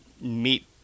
meet